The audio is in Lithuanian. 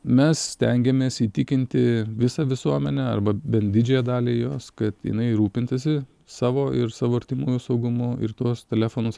mes stengiamės įtikinti visą visuomenę arba bent didžiąją dalį jos kad jinai rūpintųsi savo ir savo artimųjų saugumu ir tuos telefonus